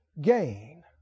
gain